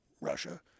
russia